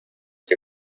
que